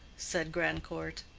said grandcourt.